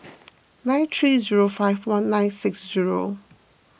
nine three zero five one nine six zero